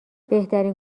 بهترین